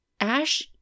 Ash